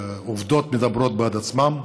העובדות מדברות בעד עצמן,